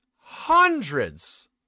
hundreds